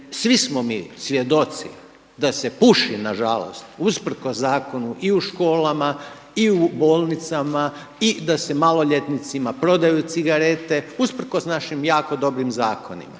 svi smo mi svjedoci da se puši nažalost usprkos zakonu i u školama i u bolnicama i da se maloljetnicima prodaju cigarete usprkos našim jako dobrim zakonima.